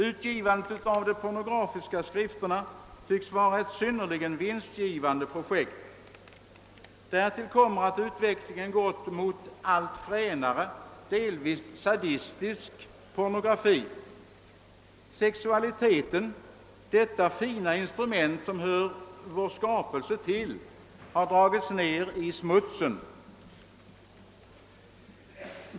Utgivandet av de pornografiska skrifterna tycks vara ett synnerligen vinstgivande projekt. Därtill kommer att utvecklingen gått mot en allt fränare och delvis sadistisk pornografi. Sexualiteten, detta fina instrument som hör vår skapelse till, har dragits ner i smutsen.